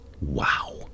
Wow